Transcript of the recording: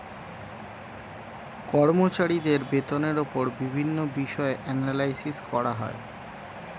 কর্মচারীদের বেতনের উপর বিভিন্ন বিষয়ে অ্যানালাইসিস করা হয়